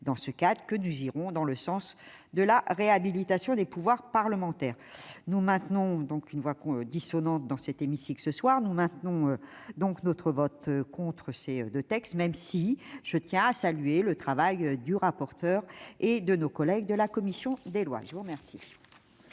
s'inscrit, que nous irons dans le sens de la réhabilitation des pouvoirs parlementaires. Nous faisons donc entendre une voix dissonante dans cet hémicycle ce soir en confirmant notre vote contre ces deux textes, même si je tiens à saluer le travail du rapporteur et de nos collègues de la commission des lois. La parole